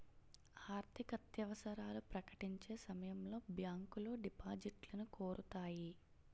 ఆర్థికత్యవసరాలు ప్రకటించే సమయంలో బ్యాంకులో డిపాజిట్లను కోరుతాయి